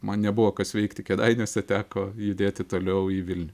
man nebuvo kas veikti kėdainiuose teko judėti toliau į vilnių